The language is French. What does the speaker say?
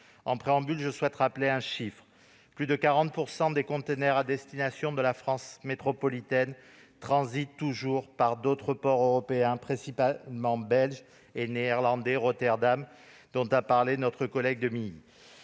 En préambule, je souhaite rappeler un chiffre : plus de 40 % des conteneurs à destination de la France métropolitaine transitent toujours par d'autres ports européens, principalement belges et néerlandais, et notamment Rotterdam dont a parlé Stéphane Demilly.